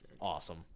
awesome